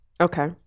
Okay